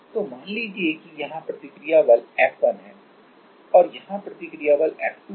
तो मान लीजिए कि यहाँ प्रतिक्रिया बल F1 है और यहाँ प्रतिक्रिया बल F2 है